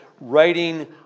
writing